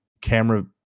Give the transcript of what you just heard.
camera